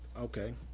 okay,